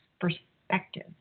perspective